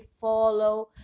follow